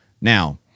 Now